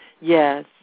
yes